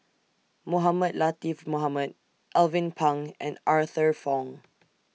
Mohamed Latiff Mohamed Alvin Pang and Arthur Fong